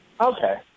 okay